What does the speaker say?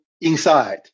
inside